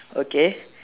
okay